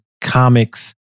comics